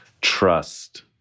trust